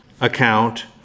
account